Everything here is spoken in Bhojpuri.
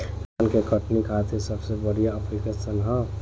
धान के कटनी खातिर सबसे बढ़िया ऐप्लिकेशनका ह?